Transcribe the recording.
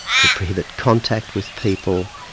to prohibit contact with people,